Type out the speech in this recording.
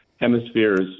hemisphere's